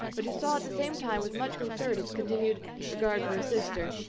but who saw at the same time with much concern his continued regard for her sister.